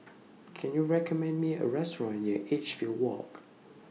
Can YOU recommend Me A Restaurant near Edgefield Walk